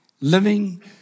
living